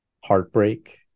heartbreak